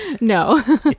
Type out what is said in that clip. No